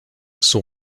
son